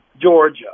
Georgia